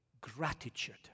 gratitude